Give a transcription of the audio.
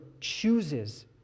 chooses